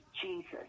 Jesus